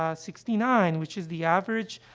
ah sixty nine, which is the average,